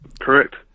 Correct